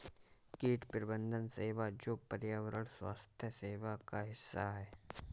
कीट प्रबंधन सेवा जो पर्यावरण स्वास्थ्य सेवा का हिस्सा है